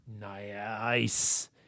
Nice